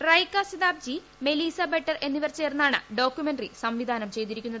Rayka Zehtabchi Melissa Berton എന്നിവർ ചേർന്നാണ് documentary സംവിധാനം ചെയ്തിരിക്കുന്നത്